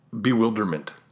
bewilderment